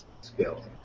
skill